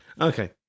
Okay